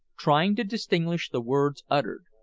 trying to distinguish the words uttered,